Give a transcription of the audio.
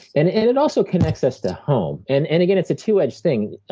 and and it also connects us to home. and and again, it's a two-edged thing.